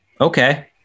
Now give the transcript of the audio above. Okay